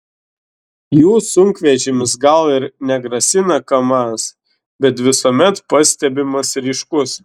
jų sunkvežimis gal ir negrasina kamaz bet visuomet pastebimas ryškus